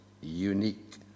unique